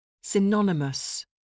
Synonymous